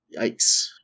Yikes